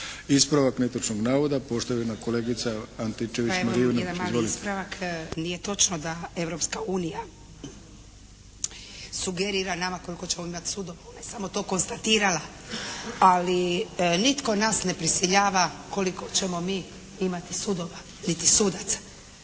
**Antičević Marinović, Ingrid (SDP)** Pa evo jedan mali ispravak. Nije točno da Europska unija sugerira nama koliko ćemo imati sudova. Ona je samo to konstatirala, ali nitko nas ne prisiljava koliko ćemo mi imati sudova, niti sudaca.